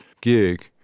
gig